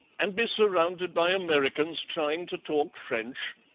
and be surrounded by americans trying to talk french?